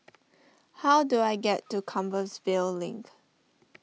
how do I get to Compassvale Link